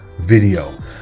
video